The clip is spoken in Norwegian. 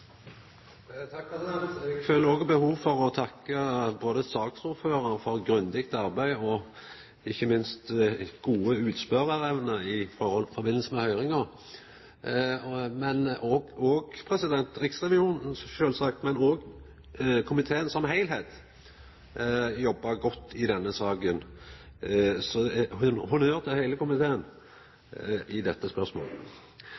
Eg føler òg behov for å takka både saksordføraren for grundig arbeid og ikkje minst gode utspørjarevner i samband med høyringa og Riksrevisjonen, sjølvsagt. Men òg heile komiteen har jobba godt i denne saka. Honnør til heile komiteen i dette spørsmålet! Så